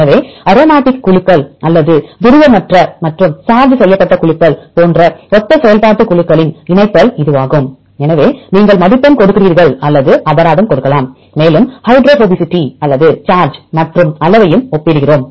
எனவே அரோமேட்டிக் குழுக்கள் அல்லது துருவமற்ற மற்றும் சார்ஜ் செய்யப்பட்ட குழுக்கள் போன்ற ஒத்த செயல்பாட்டுக் குழுக்களின் இணைத்தல் இதுவாகும் எனவே நீங்கள் மதிப்பெண் கொடுக்கிறீர்கள் அல்லது அபராதம் கொடுக்கலாம் மேலும் ஹைட்ரோபோபசிட்டி அல்லது சார்ஜ் மற்றும் அளவையும் ஒப்பிடுகிறோம்